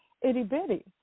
itty-bitty